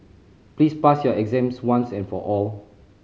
please pass your exams once and for all